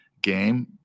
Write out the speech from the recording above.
game